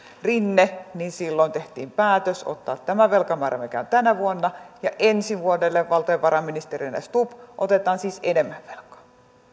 rinne tehtiin päätös ottaa tämä velkamäärä mikä on tänä vuonna ja ensi vuodelle valtiovarainministerinä stubb otetaan siis enemmän velkaa